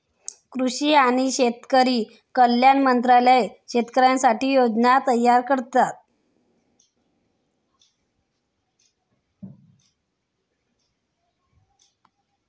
कृषी आणि शेतकरी कल्याण मंत्रालय शेतकऱ्यांसाठी योजना तयार करते